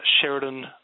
Sheridan